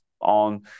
on